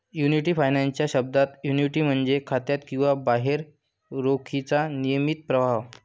annuity finance च्या शब्दात, annuity म्हणजे खात्यात किंवा बाहेर रोखीचा नियमित प्रवाह